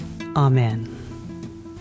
Amen